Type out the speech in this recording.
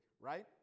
right